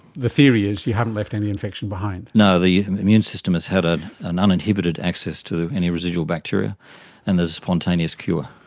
the theory is you haven't left any infection behind. no, the immune system has had an uninhibited access to any residual bacteria and there's a spontaneous cure.